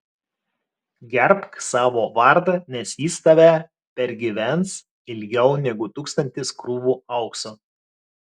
gerbk savo vardą nes jis tave pergyvens ilgiau negu tūkstantis krūvų aukso